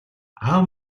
аав